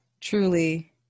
truly